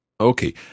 Okay